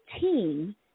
team